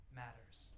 matters